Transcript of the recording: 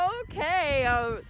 Okay